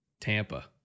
Tampa